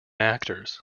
actors